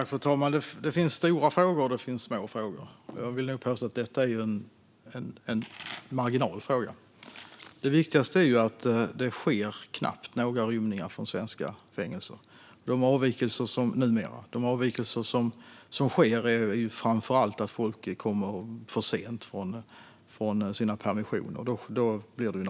Fru talman! Det finns stora frågor och små frågor. Jag vill nog påstå att detta är en marginell fråga. Det viktigaste är att det numera knappt sker några rymningar från svenska fängelser. De avvikelser som sker utgörs framför allt av att folk kommer för sent från sina permissioner.